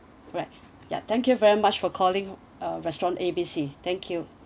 alright ya thank you very much for calling uh restaurant A B C thank you